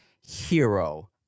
hero